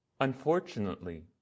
unfortunately